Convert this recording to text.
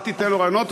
אל תיתן לו רעיונות.